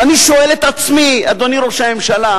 ואני שואל את עצמי, אדוני ראש הממשלה,